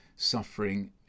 Suffering